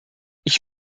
ich